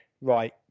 right